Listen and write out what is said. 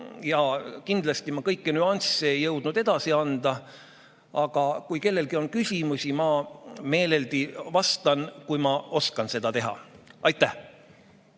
Kindlasti ma kõiki nüansse ei jõudnud edasi anda, aga kui kellelgi on küsimusi, siis ma meeleldi vastan, kui ma oskan seda teha. Aitäh!